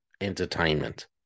entertainment